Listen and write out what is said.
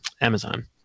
Amazon